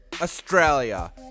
Australia